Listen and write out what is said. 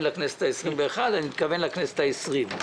לכנסת העשרים-ואחת אלא לכנסת העשרים.